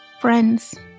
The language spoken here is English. Friends